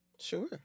Sure